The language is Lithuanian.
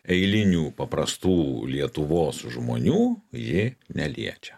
eilinių paprastų lietuvos žmonių ji neliečia